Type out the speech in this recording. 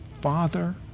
Father